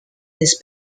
his